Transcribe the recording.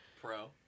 Pro